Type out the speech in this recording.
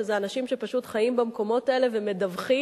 שזה אנשים שפשוט חיים במקומות האלה ומדווחים,